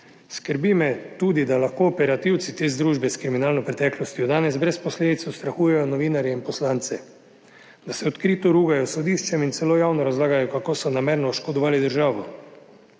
Skrbi me tudi, da lahko operativci te združbe s kriminalno preteklostjo danes brez posledic ustrahujejo novinarje in poslance, da se odkrito rugajo sodiščem in celo javno razlagajo, kako so namerno oškodovali državo.